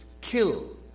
kill